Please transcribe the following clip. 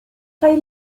kaj